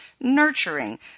nurturing